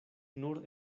nur